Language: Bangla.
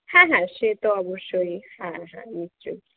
হ্যাঁ হ্যাঁ সে তো অবশ্যই হ্যাঁ হ্যাঁ নিশ্চয়